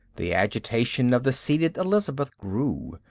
the agitation of the seated elizabeth grew,